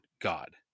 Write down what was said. God